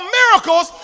miracles